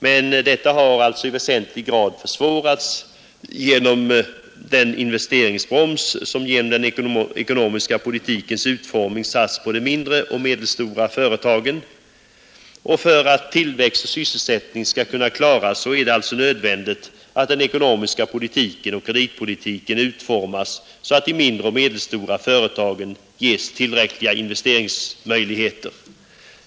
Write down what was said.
Men detta har alltså i väsentlig grad försvårats genom den investeringsbroms som på grund av den ekonomiska politikens utformning satts på de mindre och medelstora företagen. För att tillväxt och sysselsättning skall kunna klaras är det alltså nödvändigt att den ekonomiska politiken och kreditpolitiken utformas så att de mindre och medelstora företagen ges tillräckliga investeringsmöjligheter.